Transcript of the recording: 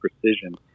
Precision